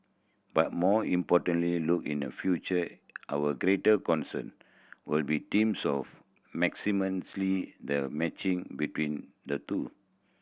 but more importantly look in a future our greater concern will be teams of the matching between the two